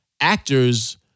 actors